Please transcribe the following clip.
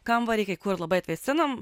kambarį kur labai atvėsinom